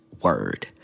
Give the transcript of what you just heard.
word